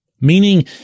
meaning